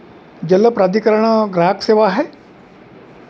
जल प्राधिकरण ग्राहक सेवा आहे